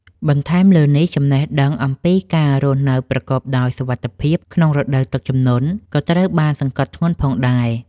បន្ថែមលើនេះ ចំណេះដឹងអំពីការរស់នៅប្រកបដោយសុវត្ថិភាពក្នុងរដូវទឹកជំនន់ ក៏ត្រូវបានសង្កត់ធ្ងន់ផងដែរ។